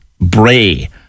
Bray